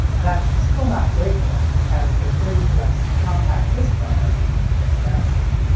that's still not great, though, as a thirty two x compact disc burner can get to that speed.